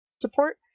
support